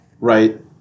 Right